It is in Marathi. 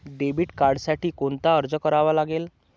डेबिट कार्डसाठी कोणता अर्ज करावा लागेल?